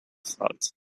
thought